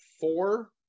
four